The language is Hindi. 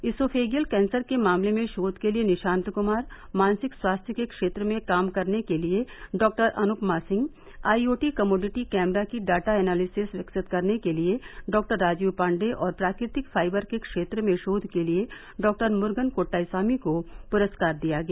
इसोफेगियल कैंसर के मामले में शोध के लिए निशांत कुमार मानसिक स्वास्थ्य के क्षेत्र में काम करने के लिए Dr Anupama Singh IoT commodity camera की डाटा एनालिसिस विकसित करने के लिए डॉ राजीव पांडे और प्राकृतिक फाइबर के क्षेत्र में शोध के लिए डॉ मुर्गन कोट्टाईसामी को पुरस्कार दिया गया